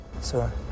Sir